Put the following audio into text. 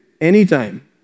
anytime